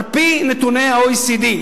על-פי נתוני ה-OECD,